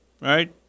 right